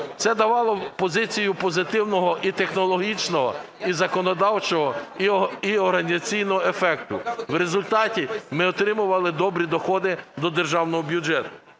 Це давало позицію позитивного і технологічного, і законодавчого, і організаційного ефекту. В результаті ми отримували добрі доходи до державного бюджету.